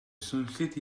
swnllyd